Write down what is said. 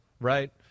right